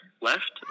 left